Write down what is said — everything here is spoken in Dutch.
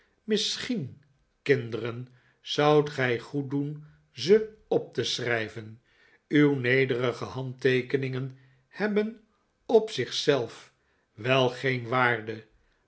misschien kinderen zoudt gij goed doen ze op te schrijven uw nederige handteekeningen hebben op zich zelf wel geen waarde